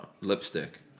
lipstick